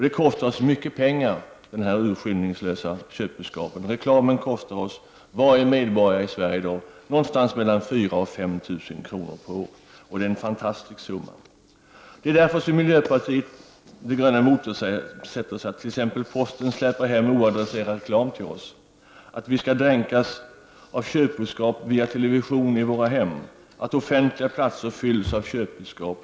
De urskillningslösa köpbudskapen kostar oss mycket pengar. Reklamen kostar oss, varje medborgare i Sverige, mellan 4 000 och 5 000 kr. per år. Det är en fantastisk summa. Det är därför som miljöpartiet de gröna motsätter sig att t.ex. posten släpar hem oadresserad reklam till oss, att vi skall dränkas av köpbudskap via television i våra hem och att offentliga platser fylls av köpbudskap.